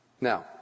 Now